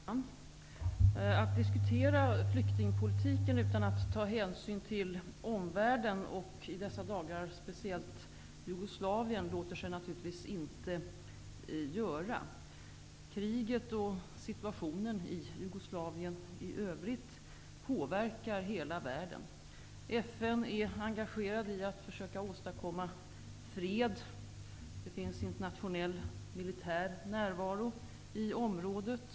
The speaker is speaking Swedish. Herr talman! Att diskutera flyktingpolitiken utan att ta hänsyn till omvärlden -- i dessa dagar speciellt Jugoslavien -- låter sig naturligtvis inte göra. Kriget och situationen i Jugoslavien i övrigt påverkar hela världen. I FN är man engagerad i att åstadkomma fred. Det finns internationell militär närvaro i området.